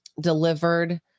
delivered